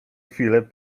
chwilę